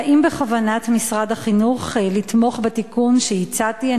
האם בכוונת משרד החינוך לתמוך בתיקון שהצעתי,